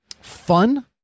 fun